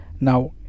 now